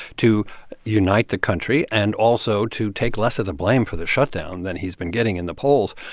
to unite the country and also to take less of the blame for the shutdown than he's been getting in the polls.